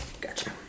Gotcha